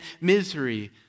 misery